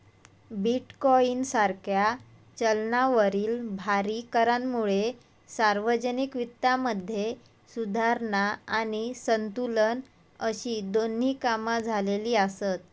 bitcoin सारख्या चलनावरील भारी करांमुळे सार्वजनिक वित्तामध्ये सुधारणा आणि संतुलन अशी दोन्ही कामा झालेली आसत